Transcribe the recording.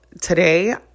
today